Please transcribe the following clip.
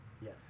Yes